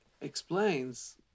explains